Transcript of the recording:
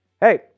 hey